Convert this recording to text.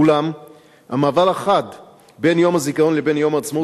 אולם המעבר החד בין יום הזיכרון לבין יום העצמאות